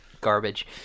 garbage